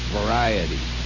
variety